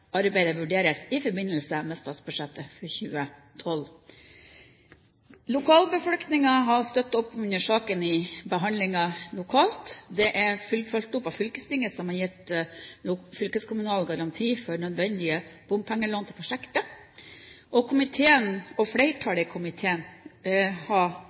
arbeidet vurderes i forbindelse med statsbudsjettet for 2012. Lokalbefolkningen har støttet opp under saken ved behandlingen lokalt. Det er fulgt opp av fylkestinget, som har gitt fylkeskommunal garanti for nødvendige bompengelån til prosjektet. Flertallet i komiteen har fulgt opp det lokale vedtak, både når det gjelder bompengeordninger og